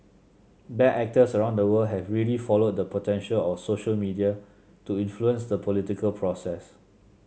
bad actors around the world have really followed the potential of social media to influence the political process